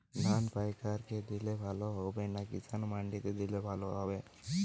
ধান পাইকার কে দিলে ভালো হবে না কিষান মন্ডিতে দিলে ভালো হবে?